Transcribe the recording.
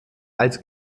als